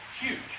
Huge